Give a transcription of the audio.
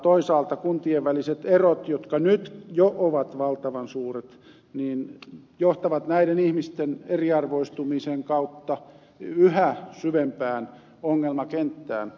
toisaalta kuntien väliset erot jotka nyt jo ovat valtavan suuret johtavat näiden ihmisten eriarvoistumisen kautta yhä syvempään ongelmakenttään